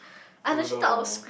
oh no